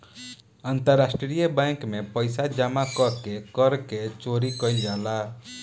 अंतरराष्ट्रीय बैंक में पइसा जामा क के कर के चोरी कईल जाला